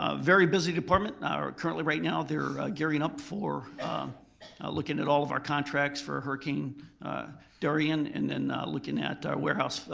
ah very busy department, currently right now, they're gearing up for looking at all of our contracts for hurricane dorian and then looking at our warehouse,